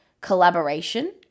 collaboration